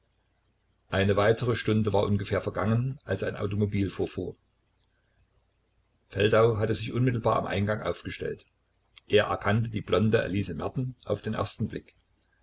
eine weitere stunde war ungefähr vergangen als ein automobil vorfuhr feldau hatte sich unmittelbar am eingang aufgestellt er erkannte die blonde elise merten auf den ersten blick